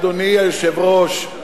אדוני היושב-ראש,